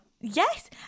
Yes